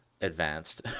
advanced